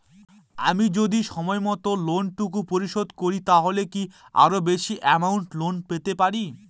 আমি যদি সময় মত লোন টুকু পরিশোধ করি তাহলে কি আরো বেশি আমৌন্ট লোন পেতে পাড়ি?